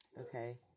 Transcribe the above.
Okay